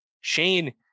Shane